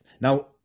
now